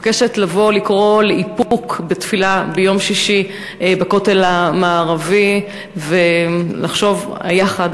אני מבקשת לבוא ולקרוא לאיפוק בתפילה ביום שישי בכותל המערבי ולחשוב יחד